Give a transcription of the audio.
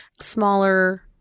smaller